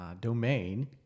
domain